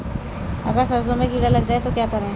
अगर सरसों में कीड़ा लग जाए तो क्या करें?